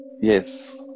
yes